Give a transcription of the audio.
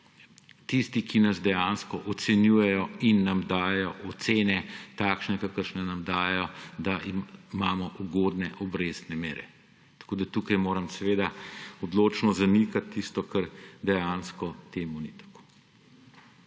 tistih, ki nas dejansko ocenjujejo in nam dajejo ocene takšne, kakršne nam dajejo, da imamo ugodne obrestne mere. Tako moram tukaj seveda odločno zanikati tisto, čemur ni tako.